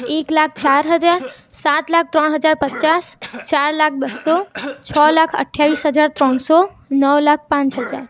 એક લાખ ચાર હજાર સાત લાખ ત્રણ હજાર પચાસ ચાર લાખ બસો છ લાખ અઠ્ઠાવીસ હજાર ત્રણસો નોવ લાખ પાંચ હજાર